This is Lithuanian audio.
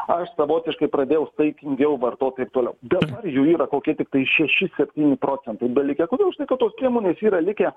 aš savotiškai pradėjau saikingiau vartot taip toliau dabar jų yra kokie tiktai šeši septyni procentai belikę kodėl visąlaik tos priemonės yra likę